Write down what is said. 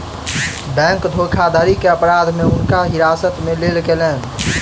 bank धोखाधड़ी के अपराध में हुनका हिरासत में लेल गेलैन